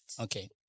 Okay